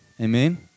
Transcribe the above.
Amen